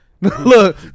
Look